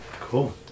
cool